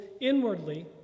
inwardly